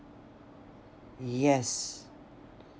yes